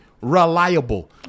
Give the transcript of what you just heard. reliable